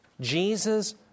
Jesus